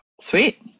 sweet